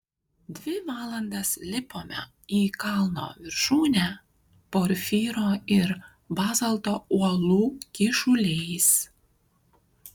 dvi valandas lipome į kalno viršūnę porfyro ir bazalto uolų kyšuliais